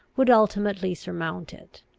would ultimately surmount it.